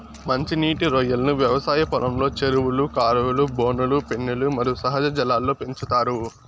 మంచి నీటి రొయ్యలను వ్యవసాయ పొలంలో, చెరువులు, కాలువలు, బోనులు, పెన్నులు మరియు సహజ జలాల్లో పెంచుతారు